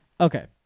Okay